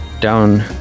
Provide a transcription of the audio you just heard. down